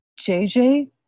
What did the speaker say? JJ